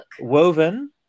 woven